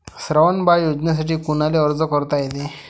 श्रावण बाळ योजनेसाठी कुनाले अर्ज करता येते?